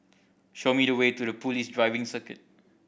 show me the way to The Police Driving Circuit